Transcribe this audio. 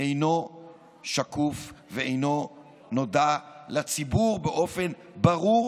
אינו שקוף ואינו נודע לציבור באופן ברור